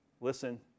listen